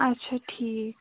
اَچھا ٹھیٖک